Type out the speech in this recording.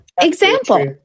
Example